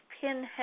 pinhead